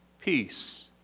peace